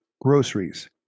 groceries